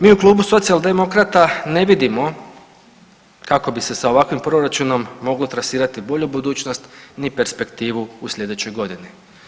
Mi u Klubu Socijaldemokrata ne vidimo kako bi se sa ovakvim proračunom moglo trasirati bolju budućnost ni perspektivu u slijedećoj godini.